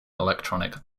electronic